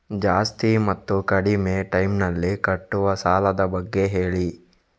ಜಾಸ್ತಿ ಮತ್ತು ಕಡಿಮೆ ಟೈಮ್ ನಲ್ಲಿ ಕಟ್ಟುವ ಸಾಲದ ಬಗ್ಗೆ ಹೇಳಿ